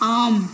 ஆம்